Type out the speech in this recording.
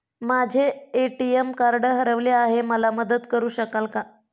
माझे ATM card हरवले आहे, मला मदत करु शकाल का?